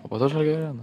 o po to žalgirio arena